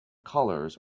colors